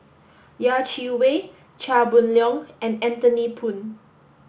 Yeh Chi Wei Chia Boon Leong and Anthony Poon